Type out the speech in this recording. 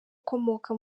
ukomoka